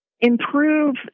improve